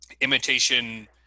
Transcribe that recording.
imitation